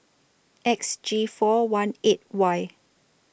X G four one eight Y